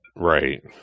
Right